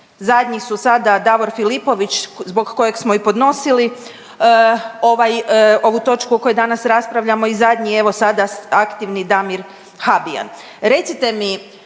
Zadnji su sada Davor Filipović zbog kojeg smo i podnosili ovu točku o kojoj danas raspravljamo i zadnji evo sada aktivni Damir Habijan.